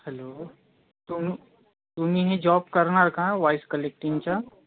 hello तुम्ही तुम्ही हे जॉब करणार का वाईस कलेक्टींगच्या